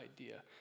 idea